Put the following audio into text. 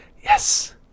yes